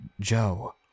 Joe